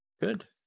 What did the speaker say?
Good